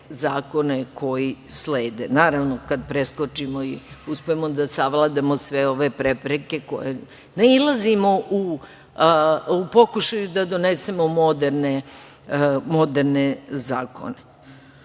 zakone koji slede, naravno, kada preskočimo i uspemo da savladamo sve ove prepreke na koje nailazimo u pokušaju da donesemo moderne zakone. Analizu